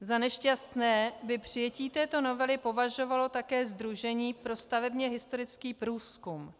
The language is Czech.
Za nešťastné by přijetí této novely považovalo také Sdružení pro stavebně historický průzkum.